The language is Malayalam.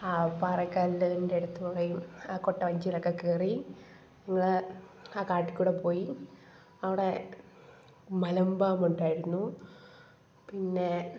ആ പാറക്കല്ലിൻ്റെ അടുത്ത് കൂടേയും കുട്ട വഞ്ചീലക്കെ കയറി ഇങ്ങനെ ആ കാട്ടിൽക്കൂടെ പോയി അവിടെ മലമ്പാമ്പുണ്ടായിരുന്നു പിന്നെ